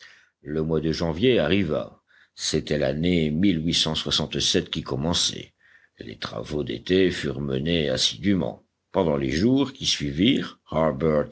le mois de janvier arriva c'était l'année qui commençait les travaux d'été furent menés assidûment pendant les jours qui suivirent